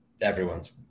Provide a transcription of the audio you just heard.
everyone's